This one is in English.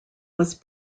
was